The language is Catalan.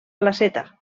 placeta